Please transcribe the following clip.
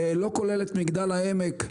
לא כולל את מגדל העמק,